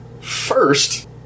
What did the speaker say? first